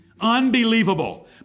Unbelievable